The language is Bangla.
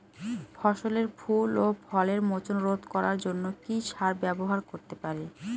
ফসলের ফুল ও ফলের মোচন রোধ করার জন্য কি সার ব্যবহার করতে পারি?